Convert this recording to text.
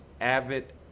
avid